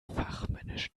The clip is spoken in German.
fachmännisch